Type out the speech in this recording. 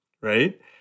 right